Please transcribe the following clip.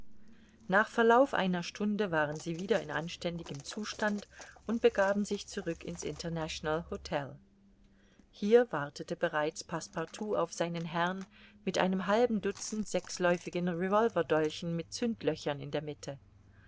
nach verlauf einer stunde waren sie wieder in anständigem zustand und begaben sich zurück in's international htel hier wartete bereits passepartout auf seinen herrn mit einem halben dutzend sechsläufigen revolver dolchen mit zündlöchern in der mitte